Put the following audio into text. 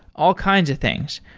all kinds of things.